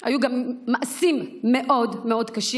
היו גם מעשים מאוד מאוד קשים,